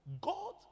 God